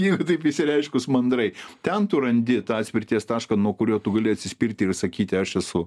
ir taip išsireiškus mandrai ten tu randi tą atspirties tašką nuo kurio tu gali atsispirti ir sakyti aš esu